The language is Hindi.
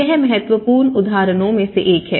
यह महत्वपूर्ण उदाहरणों में से एक है